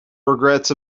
regrets